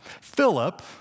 Philip